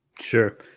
sure